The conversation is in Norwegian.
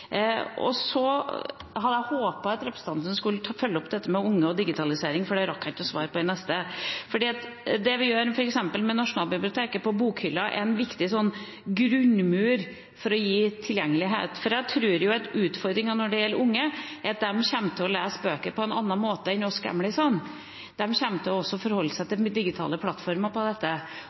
Så hadde jeg håpet at representanten skulle følge opp dette med unge og digitalisering, for det rakk jeg ikke å svare på. Det vi f.eks. gjør med Nasjonalbiblioteket når det gjelder Bokhylla, er å gi en viktig grunnmur for tilgjengelighet, for jeg tror at utfordringen når det gjelder unge, er at de kommer til å lese bøker på en annen måte en oss gamlisene, de kommer til også å forholde seg til digitale plattformer.